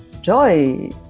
joy